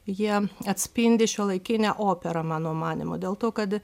jie atspindi šiuolaikinę operą mano manymu dėl to kad